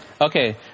Okay